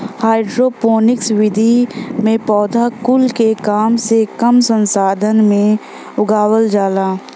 hydroponics विधि में पौधा कुल के कम से कम संसाधन में उगावल जाला